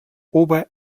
ober